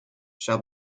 shall